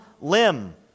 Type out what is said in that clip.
limb